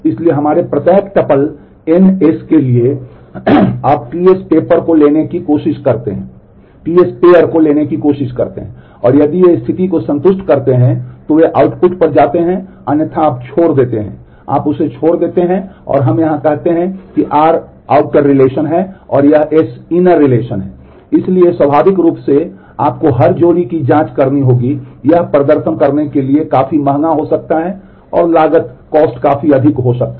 इसलिए स्वाभाविक रूप से जब से आपको हर जोड़ी की जांच करनी होगी यह प्रदर्शन करने के लिए काफी महंगा हो सकता है और लागत काफी अधिक हो सकती है